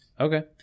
Okay